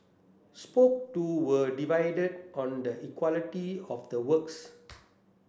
spoke to were divided on the equality of the works